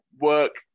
work